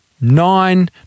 Nine